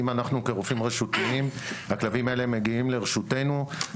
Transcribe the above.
אם הכלבים האלה מגיעים לרשותנו כרופאים רשותיים.